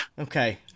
Okay